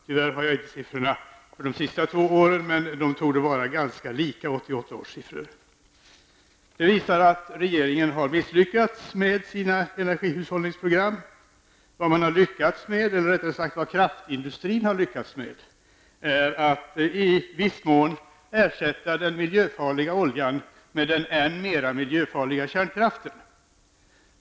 Tyvärr har jag inte siffrorna för de senaste två åren, men de torde vara ganska lika 1988 års siffror. Det visar att regeringen har misslyckats med sina energihushållningsprogram. Vad man har lyckats med -- eller rättare sagt vad kraftindustrin har lyckats med -- är att i viss mån ersätta den miljöfarliga oljan med den än mera miljöfarliga kärnkraften.